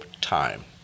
time